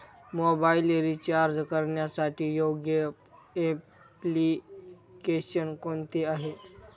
Mobile recharge करण्यासाठी योग्य application कोणते आहे?